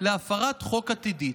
להפרת חוק עתידית,